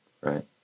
right